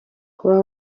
kuba